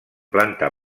planta